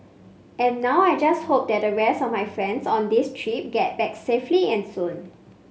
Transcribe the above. and now I just hope that the rest of my friends on this trip get back safely and soon